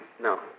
No